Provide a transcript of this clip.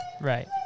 Right